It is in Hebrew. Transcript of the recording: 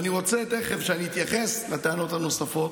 כשאתייחס לטענות הנוספות,